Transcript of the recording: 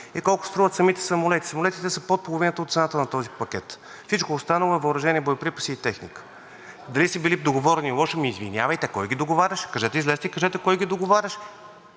и колко струват самите самолети. Самолетите са под половината от цената на този пакет, всичко останало е въоръжение, боеприпаси и техника. Дали са били договорени лошо? Ами, извинявайте, кой ги договаряше? Излезте и кажете кой ги договаряше.